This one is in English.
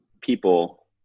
people